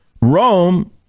Rome